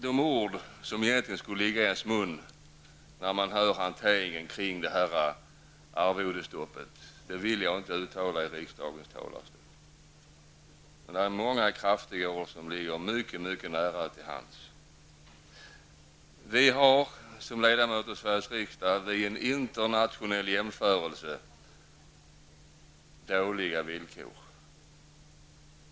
De ord som egentligen skulle ligga i ens mun när det gäller hanteringen kring det här arvodesstoppet vill jag inte uttala från riksdagens talarstol. Men det är många kraftiga ord som ligger mycket nära till hands. Vi har som ledamöter av Sveriges riksdag, vid en internationella jämförelse, dåliga villkor.